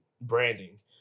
branding